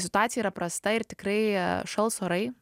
situacija yra prasta ir tikrai šals orai